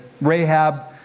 Rahab